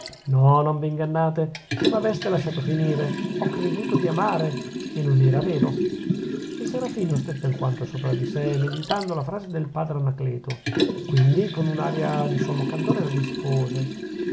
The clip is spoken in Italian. no v'ingannate se m'aveste lasciato finire ho creduto di amare e non era vero il serafino stette alquanto sopra di sè meditando la frase del padre anacleto quindi con un'aria di sommo candore rispose